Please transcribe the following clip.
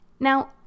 Now